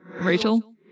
Rachel